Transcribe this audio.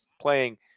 playing